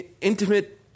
intimate